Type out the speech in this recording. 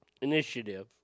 initiative